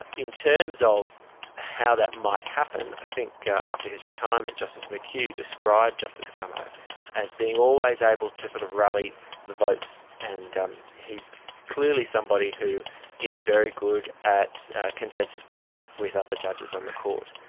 in terms of how that might happen, i think after his retirement justice mchugh described justice gummow as being always able to sort of rally the votes, and he's clearly somebody who is very good at consensus building with other judges on the court,